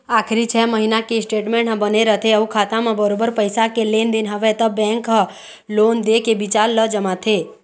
आखरी छै महिना के स्टेटमेंट ह बने रथे अउ खाता म बरोबर पइसा के लेन देन हवय त बेंक ह लोन दे के बिचार ल जमाथे